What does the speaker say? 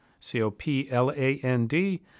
C-O-P-L-A-N-D